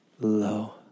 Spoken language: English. low